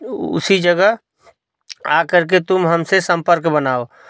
उसी जगह आकर के तुम हमसे संपर्क बनाओ